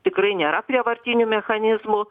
tikrai nėra prievartinių mechanizmų